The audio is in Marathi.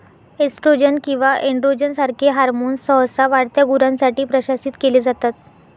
एस्ट्रोजन किंवा एनड्रोजन सारखे हॉर्मोन्स सहसा वाढत्या गुरांसाठी प्रशासित केले जातात